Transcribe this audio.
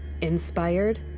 inspired